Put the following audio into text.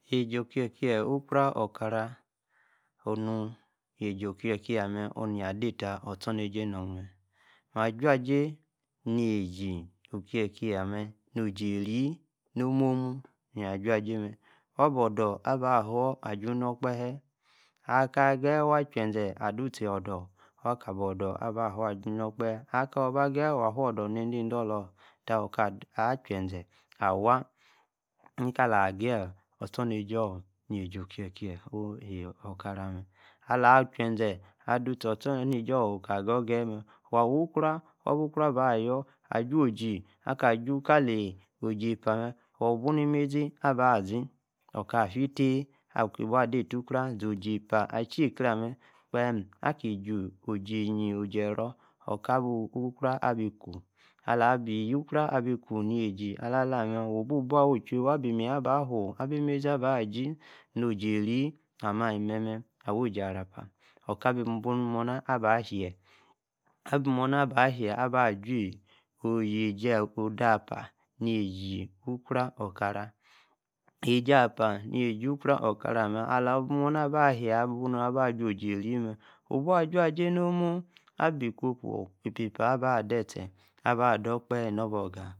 Yie-ji, oki-kie ukro, okara, oh-nu, yie-ji okie-kie amme, oh-nu ade etah, ostor-nejie nor, mee, maa, ajua-eji, neiji, nor, mee, maa, ajua-eji, neiji, okie-kie amme, no-oji, e-rrie no-mu-mun, mie, ajua-eji mme, waa bodor ah baaw-fua, aju-nu okpalu, aka geyi, waa ache zee, adu tie udor, waka bodor, aba-fua, aju-no-okpehe, aka-orr-ba-geyi waa-fua udor ne-edidula-orr, taa on ka achezee, awon, ni-ka la ageyi ostonejie-orr nie-ji okie-kie mme, oruu, okara mme, alachezee, adu-tie ostronejie-orr, ka-ogogeyi mme, waa, wu-ukro, aba-ukro aba oyor, aju-oji, aka-ju kali, osi-epa mme, woo-bu-ni-mezi, aba-zi, oka fii, tie, aki bua-ade-ta ukro, zi-oji-epa, achie-kie-aa, gbeem, aki duu. oji-eyie, oji-eyie, oji-ero oka, bu-ukro, abi kuu, ala-bi-ukro, abi huu, yiebi ala-aah mme, wuu buu bua-awi-ichui, abi meyi aba-fuu, abi mezi aba. zi oji-e-rrie, amme-ali-memme, awaa oji amapa, oka, buu-ni moona, aba-hie, abi moona aba-hie aba jui, yieji oda-apa, yieje ukro-okara, yieji, apa yieji ukro, okara amme, ala-bi moona, aba-hie, noon aba-dji-e-rrie-mme wuu, bua, ajua-jie nor mumu, abi ikwopu, epa-epa, aba-dee-efie, aba ador okpahe no-bo-oga.